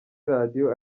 radio